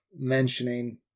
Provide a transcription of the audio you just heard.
mentioning